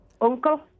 Uncle